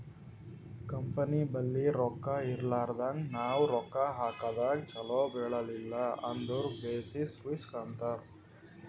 company ಬಲ್ಲಿ ರೊಕ್ಕಾ ಇರ್ಲಾರ್ದಾಗ್ ನಾವ್ ರೊಕ್ಕಾ ಹಾಕದಾಗ್ ಛಲೋ ಬೆಳಿಲಿಲ್ಲ ಅಂದುರ್ ಬೆಸಿಸ್ ರಿಸ್ಕ್ ಅಂತಾರ್